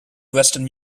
western